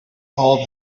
all